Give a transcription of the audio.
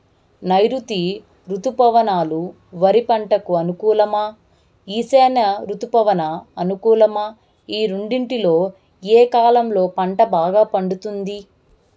నైరుతి రుతుపవనాలు వరి పంటకు అనుకూలమా ఈశాన్య రుతుపవన అనుకూలమా ఈ రెండింటిలో ఏ కాలంలో పంట బాగా పండుతుంది?